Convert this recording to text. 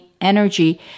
energy